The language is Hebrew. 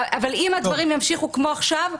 אבל אם הדברים ימשיכו כמו עכשיו,